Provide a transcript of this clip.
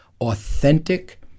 authentic